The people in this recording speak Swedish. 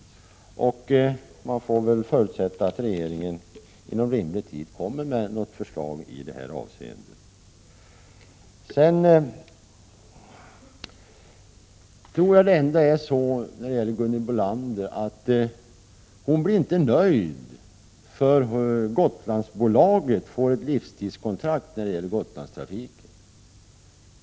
Man får förutsätta att regeringen inom rimlig tid kommer med ett förslag i detta avseende. Jag tror inte att Gunhild Bolander blir nöjd förrän Gotlandsbolaget får ett livstidskontrakt på Gotlandstrafiken.